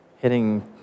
hitting